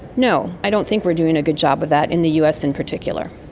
no, i don't think we are doing a good job of that in the us in particular.